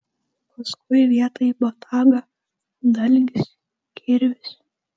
paskui vietoj botago dalgis kirvis